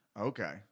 Okay